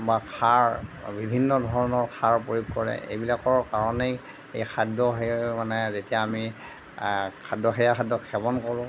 বা সাৰ বিভিন্ন ধৰণৰ সাৰ প্ৰয়োগ কৰে এইবিলাকৰ কাৰণেই এই খাদ্য সেই মানে যেতিয়া আমি খাদ্য সেইয়া খাদ্য সেৱন কৰোঁ